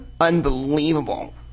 unbelievable